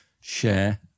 share